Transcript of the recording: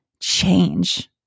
change